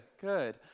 good